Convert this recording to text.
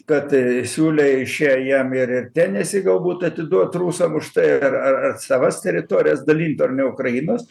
kad siūlė iš jie jiem ir ir tenesį galbūt atiduot rusam už tai ar ar ar savas teritorijas dalint o ne ukrainos